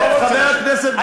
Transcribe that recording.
חבר הכנסת גפני,